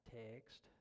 text